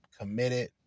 committed